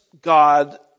God